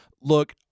Look